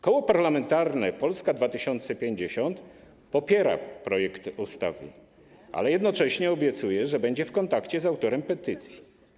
Koło Parlamentarne Polska 2050 popiera projekt ustawy, ale jednocześnie obiecuje, że będzie w kontakcie z autorem petycji.